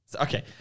Okay